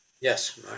Yes